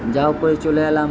যা হোক করে চলে এলাম